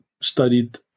studied